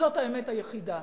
וזאת אמת היחידה,